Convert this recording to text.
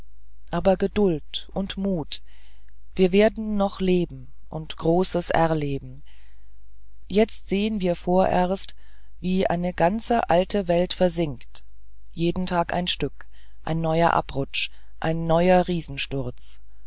aber geduld und mut wir werden noch leben und großes erleben jetzt sehen wir vorerst wie eine ganze alte welt versinkt jeden tag ein stück ein neuer abrutsch ein neuer